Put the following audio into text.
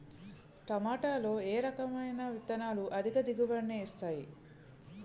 టమాటాలో ఏ రకమైన విత్తనాలు అధిక దిగుబడిని ఇస్తాయి